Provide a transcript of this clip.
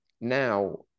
now